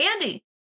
Andy